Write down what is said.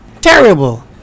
Terrible